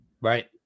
Right